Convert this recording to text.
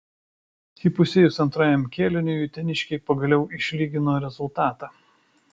įpusėjus antrajam kėliniui uteniškiai pagaliau išlygino rezultatą